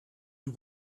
you